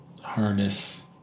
harness